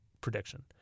prediction